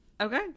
Okay